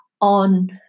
on